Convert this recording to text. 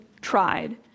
tried